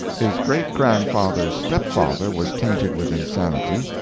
his great grandfather's stepfather was tainted with insanity,